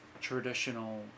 traditional